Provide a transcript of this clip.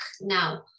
now